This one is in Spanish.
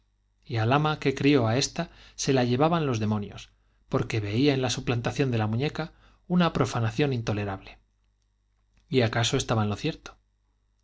y al ama que crió á ésta se la llevaban los demonios porque veía en la intolesuplantación de la muñeca una profanación rable y acaso estaba en lo cierto